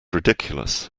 ridiculous